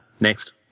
next